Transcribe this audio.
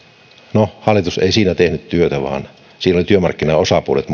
no hallitus ei siinä tehnyt työtä vaan siinä olivat työmarkkinaosapuolet